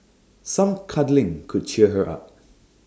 some cuddling could cheer her up